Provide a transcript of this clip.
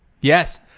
Yes